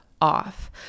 off